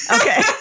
Okay